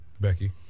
Becky